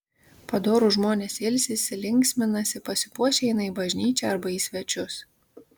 padorūs žmonės ilsisi linksminasi pasipuošę eina į bažnyčią arba į svečius